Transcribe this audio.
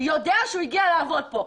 יודע שהוא הגיע לעבוד פה.